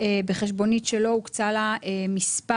בחשבונית שלא הוקצה לה מספר,